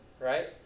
Right